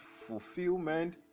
fulfillment